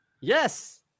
Yes